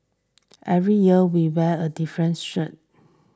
every year we wear a different shirt